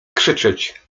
krzyczeć